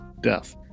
death